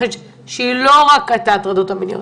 שהיא לא רק הטרדות מיניות.